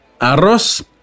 arroz